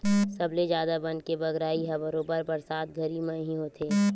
सबले जादा बन के बगरई ह बरोबर बरसात घरी म ही होथे